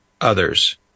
others